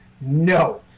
No